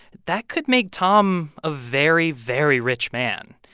that could make tom a very, very rich man.